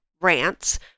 rants